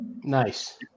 Nice